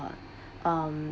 um